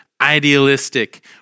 idealistic